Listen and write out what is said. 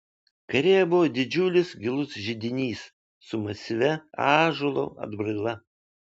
kairėje buvo didžiulis gilus židinys su masyvia ąžuolo atbraila